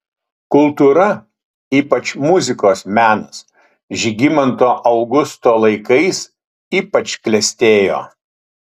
kultūra ypač muzikos menas žygimanto augusto laikais ypač klestėjo